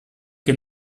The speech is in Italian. che